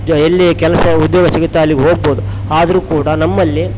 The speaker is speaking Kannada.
ಎಲ್ಲಿ ಕೆಲಸ ಉದ್ಯೋಗ ಸಿಗುತ್ತೊ ಅಲ್ಲಿಗೆ ಹೋಗ್ಬೋದು ಆದರು ಕೂಡ ನಮ್ಮಲ್ಲಿ